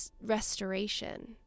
restoration